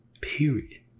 Period